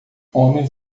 homens